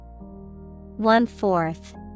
One-fourth